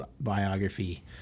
biography